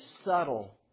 subtle